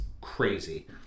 crazy